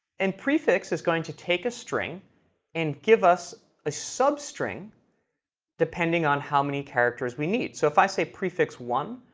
and prefix is going to take a string and give us a substring depending on how many characters we need. so if i say prefix one,